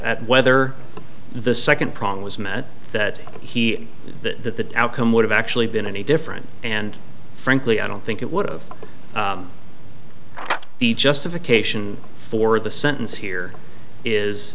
at whether the second prong was mad that he the outcome would have actually been any different and frankly i don't think it would have the justification for the sentence here is